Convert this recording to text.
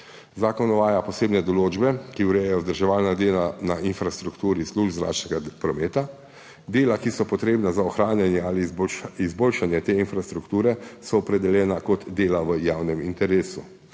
Zakon uvaja posebne določbe, ki urejajo vzdrževalna dela na infrastrukturi služb zračnega prometa. Dela, ki so potrebna za ohranjanje ali izboljšanje te infrastrukture, so opredeljena kot dela v javnem interesu.